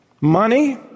money